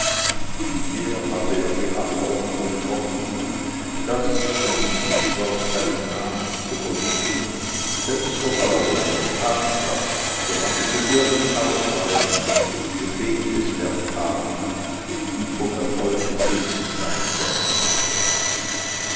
vielmehr habe er die anordnung getroffen daß um den mißbrauch seines namens zu verhüten selbstvertrauen und tatkraft solange sie irgend ausreichen gebeteswert haben und vom erfolge gesegnet sein sollen